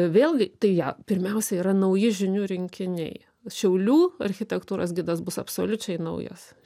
vėlgi tai ją pirmiausia yra nauji žinių rinkiniai šiaulių architektūros gidas bus absoliučiai naujas